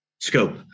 scope